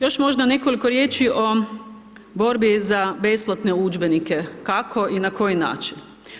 Još možda nekoliko riječi o borbi za besplatne udžbenike, kako i na koji način.